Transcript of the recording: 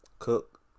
Cook